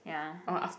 ya